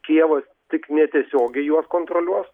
kijevas tik netiesiogiai juos kontroliuos